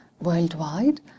worldwide